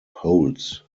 poles